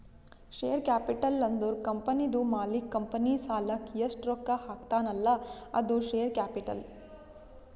share capital ಅಂದುರ್ ಕಂಪನಿದು ಮಾಲೀಕ್ ಕಂಪನಿ ಸಲಾಕ್ ಎಸ್ಟ್ ರೊಕ್ಕಾ ಹಾಕ್ತಾನ್ ಅಲ್ಲಾ ಅದು ಶೇರ್ ಕ್ಯಾಪಿಟಲ್